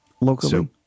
locally